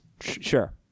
Sure